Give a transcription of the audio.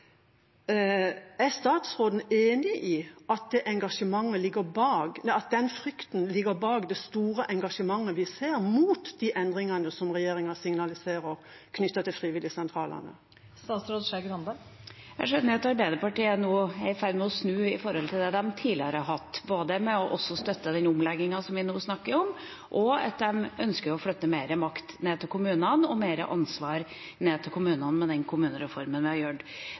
Er statsråden enig i at den frykten ligger bak det store engasjementet vi ser mot endringene knyttet til frivilligsentralene, som regjeringa signaliserer? Jeg skjønner at Arbeiderpartiet nå er i ferd med å snu i forhold til det de tidligere har ment, både når det gjelder å støtte omleggingen vi nå snakker om, og når det gjelder å flytte mer makt og ansvar ned til kommunene, med tanke på kommunereformen vi har